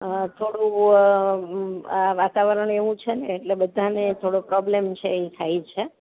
હાં થોડું આ વાતાવરણ એવું છ ને એટલે બધાને થોડો પ્રોબ્લેમ છે એવું થાય છે